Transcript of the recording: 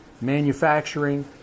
manufacturing